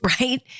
right